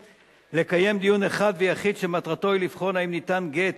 לקיים דיון אחד ויחיד שמטרתו היא לבחון אם ניתן גט